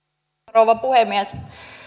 rouva puhemies